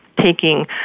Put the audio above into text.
taking